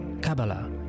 Kabbalah